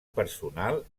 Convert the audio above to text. personal